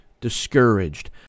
discouraged